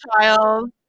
child